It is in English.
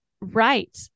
Right